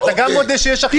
אתה גם מודה שיש אכיפה?